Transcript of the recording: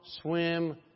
swim